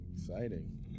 Exciting